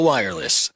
Wireless